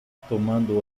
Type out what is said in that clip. tomando